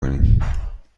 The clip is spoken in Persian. کنیم